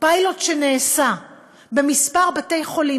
פיילוט של הצבת מאבטח שנעשה בכמה בתי-חולים